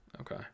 Okay